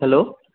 hello